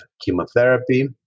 chemotherapy